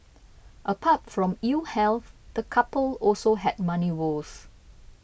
apart from ill health the couple also had money woes